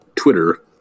Twitter